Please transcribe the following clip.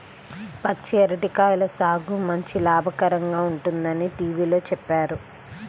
పచ్చి అరటి కాయల సాగు మంచి లాభకరంగా ఉంటుందని టీవీలో చెప్పారు